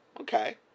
okay